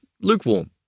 lukewarm